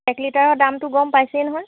এক লিটাৰৰ দামটো গম পাইছেই নহয়